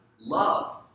love